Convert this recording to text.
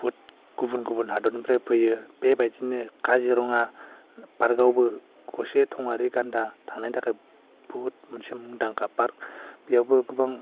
बहुत गुबुन गुबुन हादरनिफ्राय फैयो बेबायदिनो काजिरङा पार्कआवबो थसे थङारि गान्दा थानायनि थाखाय बहुत मोनसे मुंदांखा पार्क बेयावबो गोबां